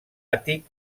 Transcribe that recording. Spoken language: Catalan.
àtic